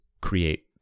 create